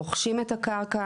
רוכשים את הקרקע.